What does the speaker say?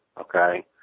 okay